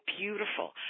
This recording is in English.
beautiful